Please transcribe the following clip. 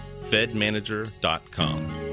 fedmanager.com